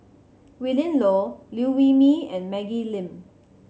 Willin Low Liew Wee Mee and Maggie Lim